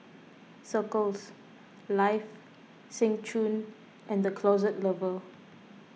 Circles Life Seng Choon and the Closet Lover